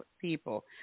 people